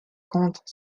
comptent